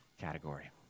category